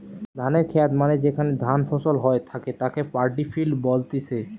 ধানের খেত মানে যেখানে ধান ফসল হই থাকে তাকে পাড্ডি ফিল্ড বলতিছে